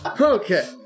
Okay